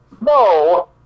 no